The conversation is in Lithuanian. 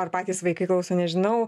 ar patys vaikai klauso nežinau